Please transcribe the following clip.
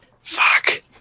fuck